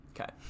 Okay